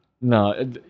No